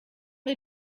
let